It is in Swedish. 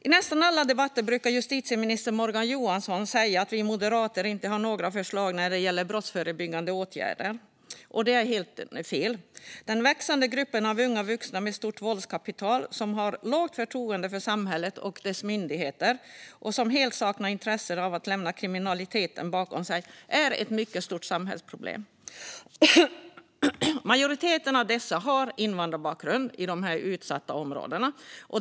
I nästan alla debatter brukar justitieminister Morgan Johansson säga att vi moderater inte har några förslag när det gäller brottsförebyggande åtgärder. Det är helt fel. Den växande gruppen av unga vuxna med stort våldskapital som har lågt förtroende för samhället och dess myndigheter och som helt saknar intresse av att lämna kriminaliteten bakom sig är ett mycket stort samhällsproblem. Majoriteten av dessa har invandrarbakgrund, i de utsatta områdena.